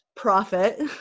profit